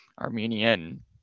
Armenian